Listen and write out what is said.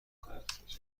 کنید